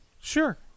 sure